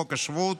בחוק השבות,